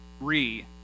re